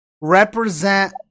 represent